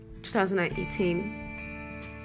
2018